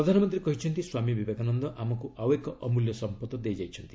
ପ୍ରଧାନମନ୍ତ୍ରୀ କହିଛନ୍ତି ସ୍ୱାମୀ ବିବେକାନନ୍ଦ ଆମକୁ ଆଉ ଏକ ଅମ୍ବଲ୍ୟ ସମ୍ପଦ ଦେଇଯାଇଛନ୍ତି